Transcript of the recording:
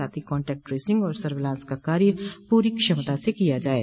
साथ हो contact tracing और सर्विलांस का कार्य पूरी क्षमता से किया जाये